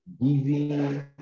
Giving